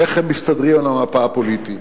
איך הם מסתדרים על המפה הפוליטית.